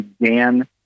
began